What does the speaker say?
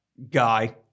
Guy